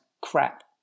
crap